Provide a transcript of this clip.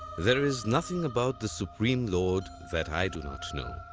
there is nothing about the supreme lord that i do not know.